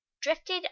drifted